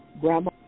Grandma